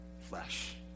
flesh